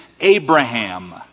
Abraham